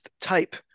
type